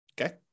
okay